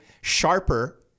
sharper